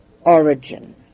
origin